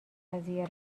قضیه